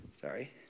Sorry